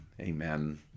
amen